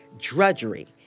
drudgery